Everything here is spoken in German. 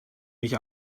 mich